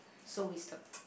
so wisdom